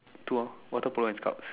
two lor water polo and Scouts